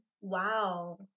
Wow